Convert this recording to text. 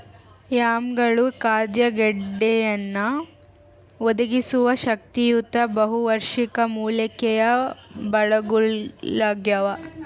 ಯಾಮ್ಗಳು ಖಾದ್ಯ ಗೆಡ್ಡೆಯನ್ನು ಒದಗಿಸುವ ಶಕ್ತಿಯುತ ಬಹುವಾರ್ಷಿಕ ಮೂಲಿಕೆಯ ಬಳ್ಳಗುಳಾಗ್ಯವ